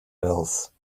else